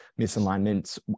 misalignments